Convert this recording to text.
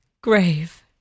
grave